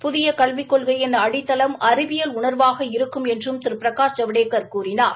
புதிய கல்விக் கொள்கையின் அடித்தளம் அறிவியல் உணா்வாக இருக்கும் என்றும் திரு பிரகாஷ் ஜவடேக்கா கூறினார்